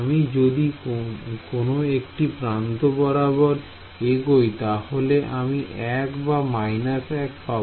আমি যদি কোন একটি প্রান্ত বরাবর এগোই তাহলে আমি 1 বা 1 পাব